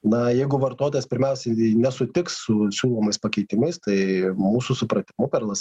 na jeigu vartotojas pirmiausiai nesutiks su siūlomais pakeitimais tai mūsų supratimu perlas